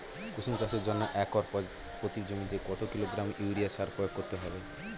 কুসুম চাষের জন্য একর প্রতি জমিতে কত কিলোগ্রাম ইউরিয়া সার প্রয়োগ করতে হবে?